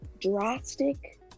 drastic